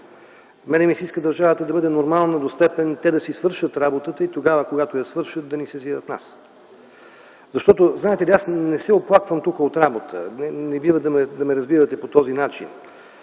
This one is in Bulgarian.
Иска ми се държавата да бъде нормална до степен – те да си свършат работата и тогава, когато я свършат, да ни сезират. Защото, знаете ли, аз не се оплаквам тук от работа, не бива да ме разбирате по този начин